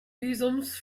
visums